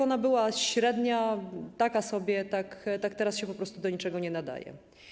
Ona była średnia, taka sobie, ale teraz się po prostu do niczego nie nadaje.